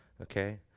okay